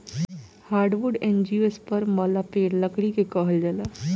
hardwood angiosperm वाला पेड़ लकड़ी के कहल जाला